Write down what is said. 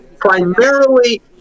primarily